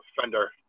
Fender